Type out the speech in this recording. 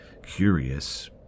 curious